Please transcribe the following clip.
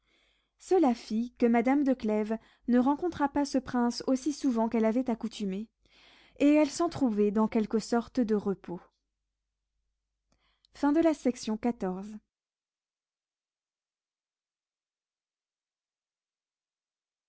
cela fit que madame de clèves ne rencontra pas ce prince aussi souvent qu'elle avait accoutumé et elle s'en trouvait dans quelque sorte de repos